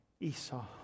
Esau